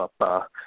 up